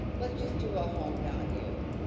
let's just do a home value,